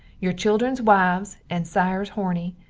your childrens wives, and sires horny,